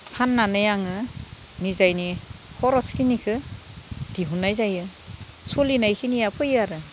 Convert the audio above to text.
फाननानै आङो निजायनि खरसखिनिखौ दिहुननाय जायो सोलिनायखिनिया फैयो आरो